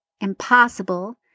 impossible